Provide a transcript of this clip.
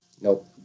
nope